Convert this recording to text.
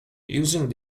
using